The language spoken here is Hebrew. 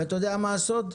ואתה יודע מה הסוד?